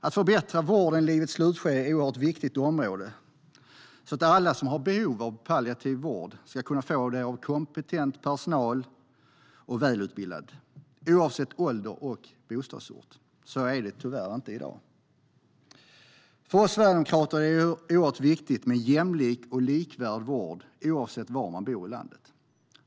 Att förbättra vården i livets slutskede är ett oerhört viktigt område, så att alla som har behov av palliativ vård, oavsett ålder och bostadsort, ska kunna få sådan av kompetent och välutbildad personal. Så är det tyvärr inte i dag. För oss sverigedemokrater är det oerhört viktigt med en jämlik och likvärdig vård oavsett var i landet man bor.